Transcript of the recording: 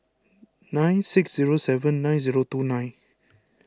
nine six zero seven nine zero two nine